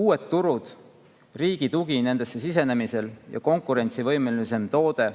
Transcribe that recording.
Uued turud, riigi tugi nendesse sisenemisel ja konkurentsivõimelisem toode